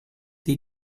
dei